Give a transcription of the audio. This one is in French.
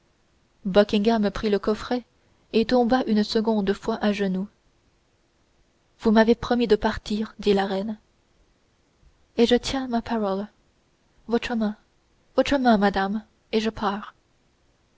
prit le coffret et tomba une seconde fois à genoux vous m'avez promis de partir dit la reine et je tiens ma parole votre main votre main madame et je pars